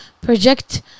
project